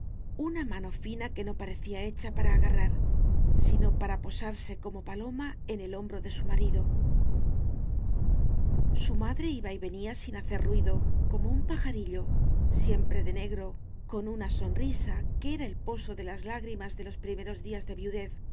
una mano fina que no parecía hecha para agarrar sino para posarse como paloma en el hombro de su marido su madre iba y venía sin hacer ruido como un pajarillo siempre de negro con una sonrisa que era el poso de las lágrimas de los primeros días de viudez